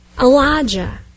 Elijah